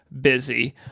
busy